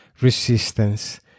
resistance